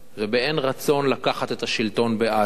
ובאין רצון לקחת את השלטון בעזה,